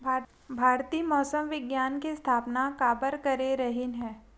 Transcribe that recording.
भारती मौसम विज्ञान के स्थापना काबर करे रहीन है?